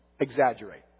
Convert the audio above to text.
exaggerate